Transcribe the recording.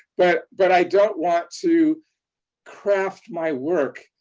but but i don't want to craft my work,